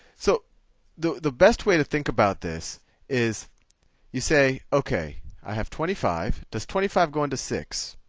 so the the best way to think about this is you say, ok, i have twenty five. does twenty five go into six?